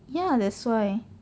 ya that's why